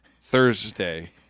Thursday